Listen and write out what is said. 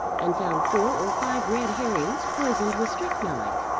and found four or five red herrings poisoned with strychnine.